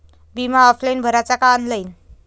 बिमा ऑफलाईन भराचा का ऑनलाईन?